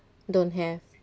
don't have